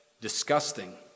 disgusting